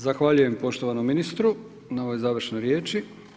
Zahvaljujem poštovanom ministru na ovoj završnoj riječi.